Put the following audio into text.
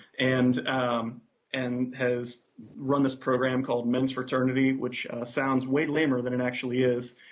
and um and has run this program called men's fraternity, which sounds way lamer than it actually is